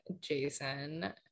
Jason